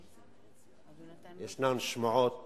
יש שמועות